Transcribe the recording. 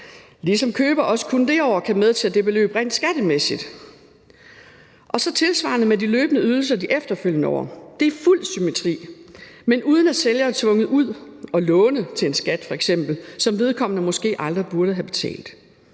ligesom køberen også kun det år kan medtage det beløb rent skattemæssigt. Tilsvarende er det med de løbende ydelser de efterfølgende år. Der er fuld symmetri, men uden at sælgeren f.eks. er tvunget til at gå ud og låne til en skat, som vedkommende måske aldrig burde have betalt.